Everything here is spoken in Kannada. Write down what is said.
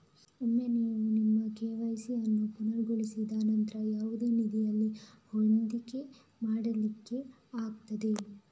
ಒಮ್ಮೆ ನೀವು ನಿಮ್ಮ ಕೆ.ವೈ.ಸಿ ಅನ್ನು ಪೂರ್ಣಗೊಳಿಸಿದ ನಂತ್ರ ಯಾವುದೇ ನಿಧಿಯಲ್ಲಿ ಹೂಡಿಕೆ ಮಾಡ್ಲಿಕ್ಕೆ ಆಗ್ತದೆ